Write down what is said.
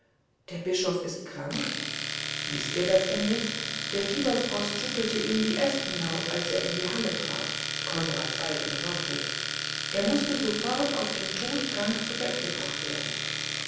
der bischof ist krank wißt ihr denn das nicht der fieberfrost schüttelte ihn wie espenlaub als er in die halle trat konrads eigene worte er mußte sofort auf den tod krank zu bett gebracht werden